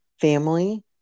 family